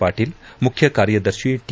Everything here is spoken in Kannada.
ಪಾಟೀಲ್ ಮುಖ್ಯ ಕಾರ್ಯದರ್ಶಿ ಟಿ